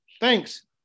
Thanks